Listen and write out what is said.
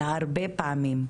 הרבה פעמים,